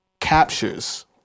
captures